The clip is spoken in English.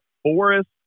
Forest